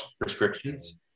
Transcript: prescriptions